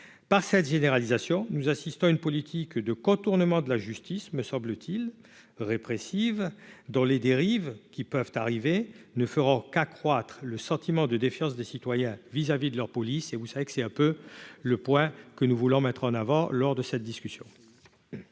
Par cette généralisation, nous assistons à une politique de contournement de la justice répressive, dont les potentielles dérives ne feront qu'accroître le sentiment de défiance des citoyens vis-à-vis de leur police. Or c'est un point que nous voulions mettre en avant lors de cette discussion.